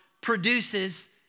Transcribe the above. produces